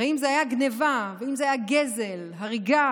הרי אם זו הייתה גניבה ואם זה היה גזל, הריגה,